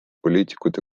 poliitikute